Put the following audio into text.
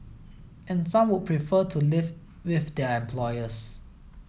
and some would prefer to live with their employers